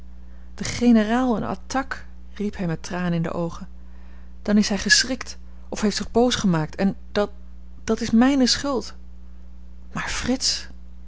de generaal een attaque riep hij met tranen in de oogen dan is hij geschrikt of heeft zich boos gemaakt en dat dat is mijne schuld maar frits